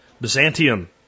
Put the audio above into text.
Byzantium